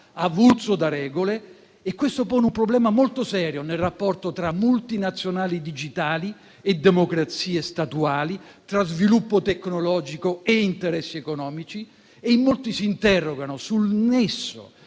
avulso da regole, e questo pone un problema molto serio nel rapporto tra multinazionali digitali e democrazie statuali, tra sviluppo tecnologico e interessi economici. In molti si interrogano sul nesso